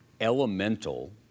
elemental